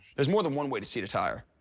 there's more than one way to seat a tire,